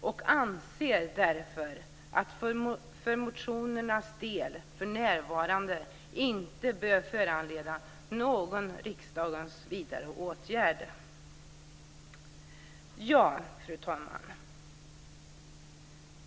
Vi anser därför för motionernas del att de för närvarande inte bör föranleda någon riksdagens vidare åtgärd. Fru talman!